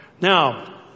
now